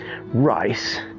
rice